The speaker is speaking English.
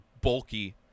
bulky